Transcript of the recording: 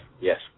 yes